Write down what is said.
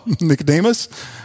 Nicodemus